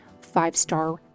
five-star